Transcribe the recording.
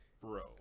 bro